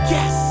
Yes